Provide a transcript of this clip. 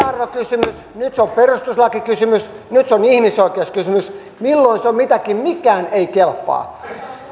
arvokysymys nyt se on perustuslakikysymys nyt se on ihmisoikeuskysymys milloin se on mitäkin mikään ei kelpaa